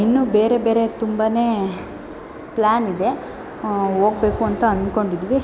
ಇನ್ನೂ ಬೇರೆ ಬೇರೆ ತುಂಬ ಪ್ಲ್ಯಾನ್ ಇದೆ ಹೋಗ್ಬೇಕು ಅಂತ ಅಂದ್ಕೊಂಡಿದ್ವಿ